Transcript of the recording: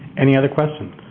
any other questions?